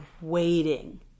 waiting